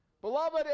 Beloved